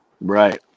Right